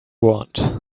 want